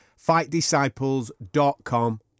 FightDisciples.com